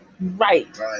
right